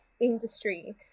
industry